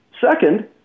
Second